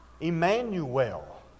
Emmanuel